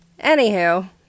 anywho